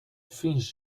fins